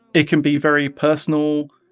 it can be very personal,